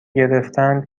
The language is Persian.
گرفتن